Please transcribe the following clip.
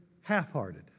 half-hearted